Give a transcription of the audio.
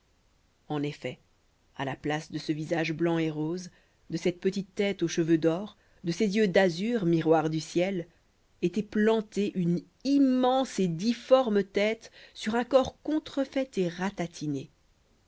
en effet à la place de ce visage blanc et rose de cette petite tète aux cheveux d'or de ces yeux d'azur miroir du ciel était plantée une immense et difforme tête sur un corps contrefait et ratatiné